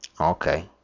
Okay